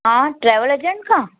हा travel agent खां